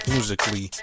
Musically